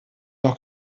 noch